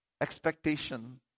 expectation